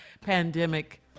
pandemic